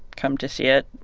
come to see it.